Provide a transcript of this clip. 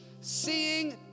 seeing